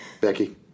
becky